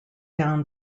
down